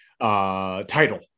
title